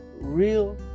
real